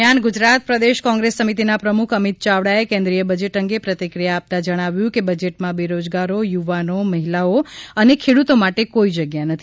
દરમિયાન ગુજરાત પ્રદેશ કોંગ્રેસ સમિતિના પ્રમુખ અમિત યાવડાએ કેન્દ્રિય બજેટ અંગે પ્રતિક્રિયા આપતા જણાવ્યું છે કે બજેટમાં બેરોજગારો યુવાનો મહિલાઓ અને ખેડૂતો માટે કોઇ જગ્યા નથી